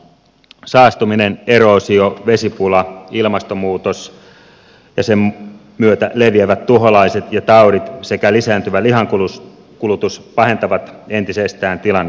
saastuminen eroosio vesipula ilmastonmuutos ja sen myötä leviävät tuholaiset ja taudit sekä lisääntyvä lihankulutus pahentavat entisestään tilannetta